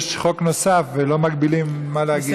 יש חוק נוסף ולא מגבילים מה להגיד.